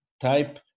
type